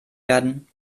werden